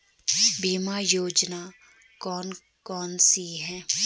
बीमा योजना कौन कौनसी हैं?